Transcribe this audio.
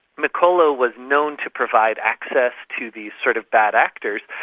mccolo was known to provide access to these sort of bad actors,